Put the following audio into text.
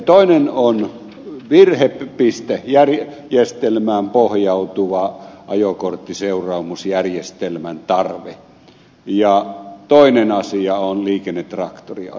ensimmäinen on virhepistejärjestelmään pohjautuvan ajokorttiseuraamusjärjestelmän tarve ja toinen asia on liikennetraktoriasia